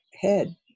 head